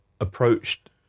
approached